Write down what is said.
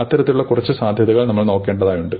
അത്തരത്തിലുള്ള കുറച്ച് സാധ്യതകൾ നമ്മൾ നോക്കേണ്ടതായുണ്ട്